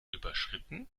überschritten